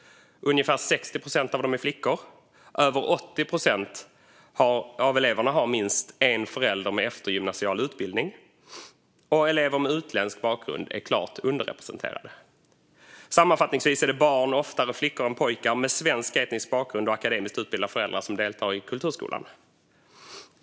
Ungefär 60 procent av dem är flickor. Över 80 procent av eleverna har minst en förälder med eftergymnasial utbildning. Elever med utländsk bakgrund är klart underrepresenterade. Sammanfattningsvis är det barn, oftare flickor än pojkar, med svensk etnisk bakgrund och akademiskt utbildade föräldrar som deltar i kulturskolan.